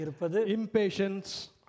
impatience